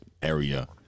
area